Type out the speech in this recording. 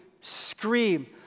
scream